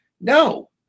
No